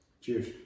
Cheers